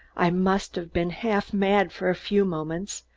i must have been half mad for a few moments,